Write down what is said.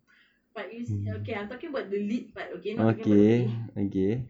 but you se~ okay I'm talking about the lead part okay not talking about the pay